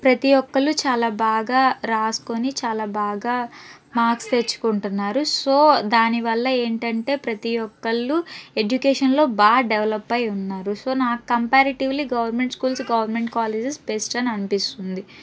ప్రతి ఒక్కరు చాలా బాగా రాసుకొని చాలా బాగా మార్క్స్ తెచ్చుకుంటున్నారు సో దానివల్ల ఏంటంటే ప్రతి ఒక్కరు ఎడ్యుకేషన్లో బాగా డెవెలప్ అయ్యి ఉన్నారు సో నాకు కంపేరిటివ్లో ఈ government schools government colleges best అని అనిపిస్తుంది